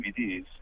dvds